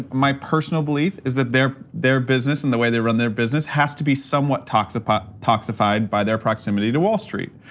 my personal belief is that their their business and the way they run their business has to be somewhat toxified toxified by their proximity to wall street.